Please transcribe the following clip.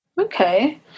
Okay